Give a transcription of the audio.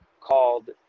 called